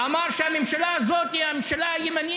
אמר שהממשלה הזאת היא ממשלה ימנית,